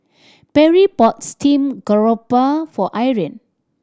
Perri bought steamed garoupa for Irene